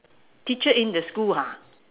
teacher in the school ha